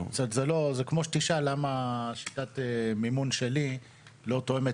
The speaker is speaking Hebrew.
זה כמו שתשאל למה שיטת המימון שלי לא תואמת